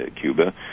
Cuba